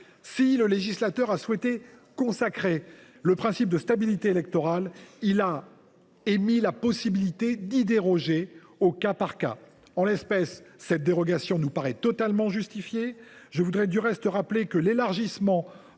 si le législateur a souhaité consacrer le principe de stabilité électorale, il a également admis la possibilité d’y déroger au cas par cas. En l’espèce, cette dérogation nous paraît totalement justifiée. Je rappelle, du reste, que l’élargissement